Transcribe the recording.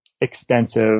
extensive